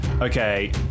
Okay